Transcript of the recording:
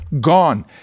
gone